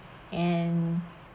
and